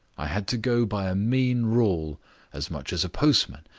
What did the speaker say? i had to go by a mean rule as much as a postman,